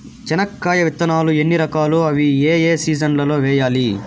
చెనక్కాయ విత్తనాలు ఎన్ని రకాలు? అవి ఏ ఏ సీజన్లలో వేయాలి?